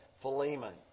Philemon